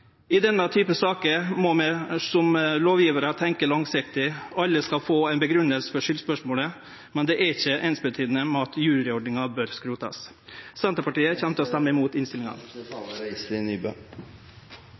I denne typen saker må vi som lovgjevarar tenkje langsiktig. Alle skal få ei grunngjeving for skyldspørsmålet, men det er ikkje det same som at juryordninga bør skrotast. Senterpartiet kjem til å stemme imot innstillinga.